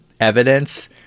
evidence